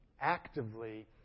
actively